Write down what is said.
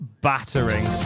battering